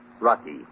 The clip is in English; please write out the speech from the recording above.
Rocky